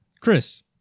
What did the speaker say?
Chris